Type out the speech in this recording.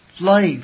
life